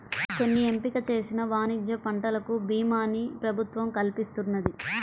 కొన్ని ఎంపిక చేసిన వాణిజ్య పంటలకు భీమాని ప్రభుత్వం కల్పిస్తున్నది